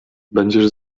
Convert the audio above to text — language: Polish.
będziesz